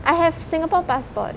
I have singapore passport